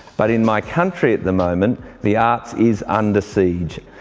but in my country at the moment the arts is under siege.